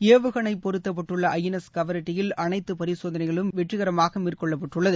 ஏவுகணை பொருத்தப்பட்டுள்ள I N S கவரெட்டியில் அனைத்து பரிசோதனைகள் வெற்றிகரமாக மேற்கொள்ளப்பட்டது